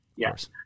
Yes